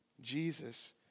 Jesus